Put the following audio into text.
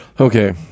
okay